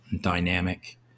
dynamic